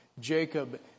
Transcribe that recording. Jacob